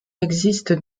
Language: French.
existe